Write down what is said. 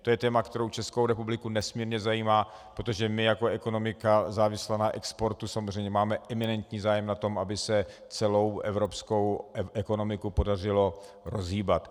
To je téma, které Českou republiku nesmírně zajímá, protože my jako ekonomika závislá na exportu samozřejmě máme eminentní zájem na tom, aby se celou evropskou ekonomiku podařilo rozhýbat.